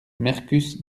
mercus